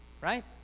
Right